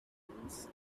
ovens